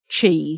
chi